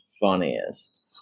funniest